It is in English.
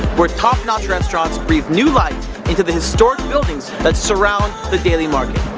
where top-notch restuarants breathe new life into the historic buildings that surround the daily market.